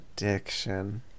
addiction